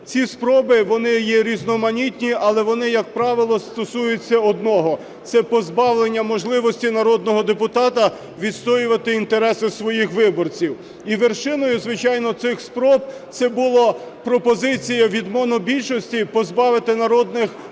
Ці спроби, вони є різноманітні, але вони, як правило, стосуються одного – це позбавлення можливості народного депутата відстоювати інтереси своїх виборців. І вершиною, звичайно, цих спроб – це була пропозиція від монобільшості позбавити народних депутатів